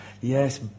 yes